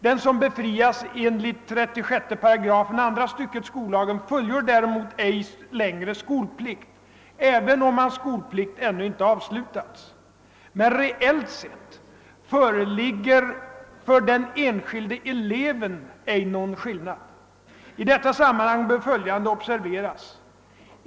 Den som befriats enligt 36 8 andra stycket skollagen fullgör däremot ej längre skolplikt, även om hans skolplikt ännu inte avslutats. Men reellt sett föreligger för den enskilda eleven ej någon skillnad. I detta sammanhang bör följande observeras.